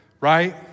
Right